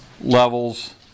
levels